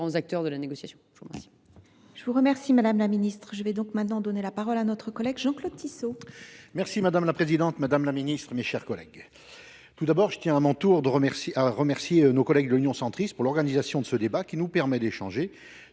acteurs de la négociation.